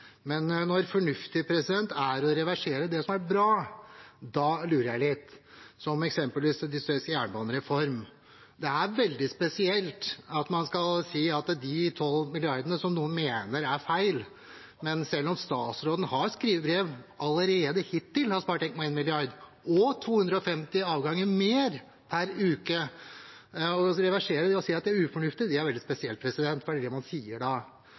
Men når «fornuftig» er å reversere det som har vært bra, da lurer jeg litt. Ta eksempelvis jernbanereformen og de 12 mrd. kr – som noen mener er feil, selv om statsråden har skrevet i brev at de allerede hittil har spart 1,1 mill. kr og gitt 250 avganger mer per uke: Å reversere det og si at det er ufornuftig, er veldig spesielt, for det er det man sier da.